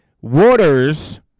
waters